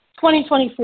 2024